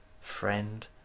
friend